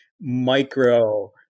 micro